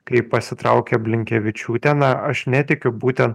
kai pasitraukia blinkevičiūtė na aš netikiu būtent